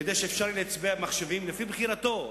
כדי שאפשר יהיה להצביע במחשבים, לפי בחירתו.